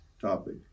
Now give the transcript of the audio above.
topic